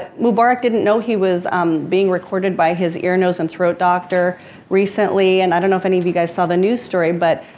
mubarak didn't know he was um being recorded by his ear, nose, and throat doctor recently. and i don't know if any of you guys saw the news story, but.